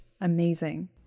amazing